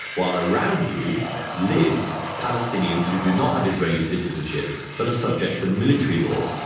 while around you live palestinians who do not have israeli citizenship but are subject to military law.